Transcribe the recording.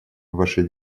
вашей